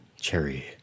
cherry